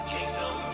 Kingdom